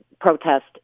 protest